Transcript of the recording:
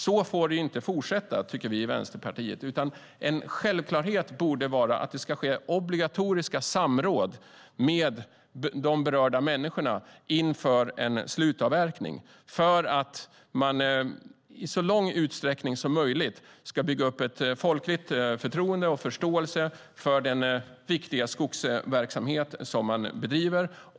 Så får det inte fortsätta, tycker vi i Vänsterpartiet, utan en självklarhet borde vara att det ska ske obligatoriska samråd med de berörda människorna inför en slutavverkning för att i så stor utsträckning som möjligt bygga upp ett folkligt förtroende och förståelse för den viktiga skogsverksamhet som man bedriver.